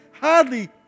hardly